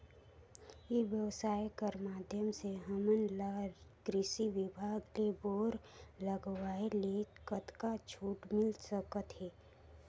ई व्यवसाय कर माध्यम से हमन ला कृषि विभाग ले बोर लगवाए ले कतका छूट मिल सकत हे?